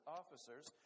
officers